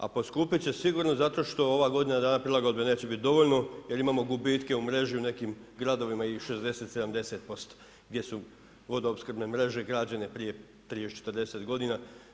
A poskupit će sigurno zato što ova godina dana prilagodbe neće biti dovoljno jer imamo gubitke u mreži u nekim gradovima i 60, 70% gdje su vodoopskrbne mreže građene prije 30, 40 godina.